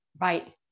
Right